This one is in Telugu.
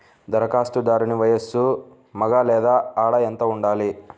ధరఖాస్తుదారుని వయస్సు మగ లేదా ఆడ ఎంత ఉండాలి?